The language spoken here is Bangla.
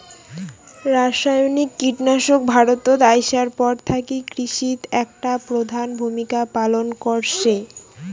রাসায়নিক কীটনাশক ভারতত আইসার পর থাকি কৃষিত একটা প্রধান ভূমিকা পালন করসে